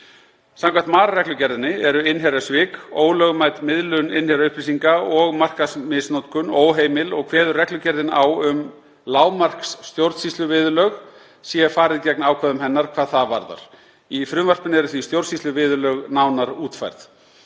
Samkvæmt MAR-reglugerðinni eru innherjasvik, ólögmæt miðlun innherjaupplýsinga og markaðsmisnotkun óheimil og kveður reglugerðin á um lágmarksstjórnsýsluviðurlög, sé farið gegn ákvæðum hennar hvað það varðar. Í frumvarpinu eru því stjórnsýsluviðurlög nánar útfærð.